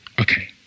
Okay